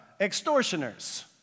Extortioners